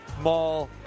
mall